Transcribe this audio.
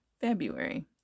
February